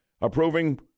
approving